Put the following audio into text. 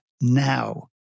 now